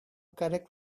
correct